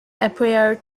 appear